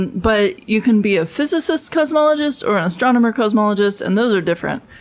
and but you can be a physicist cosmologist, or an astronomer cosmologist, and those are different.